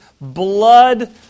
blood